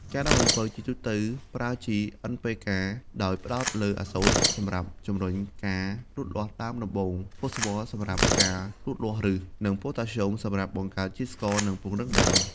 ការដាំអំពៅជាទូទៅ គេប្រើ ជី N-P-K ដោយផ្តោតលើអាសូត សម្រាប់ជំរុញការលូតលាស់ដើមដំបូង ផូស្វ័រ សម្រាប់ការលូតលាស់ឬស និងប៉ូតាស្យូម សម្រាប់បង្កើនជាតិស្ករ និងពង្រឹងដើម។